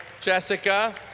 Jessica